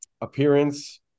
appearance